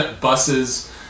buses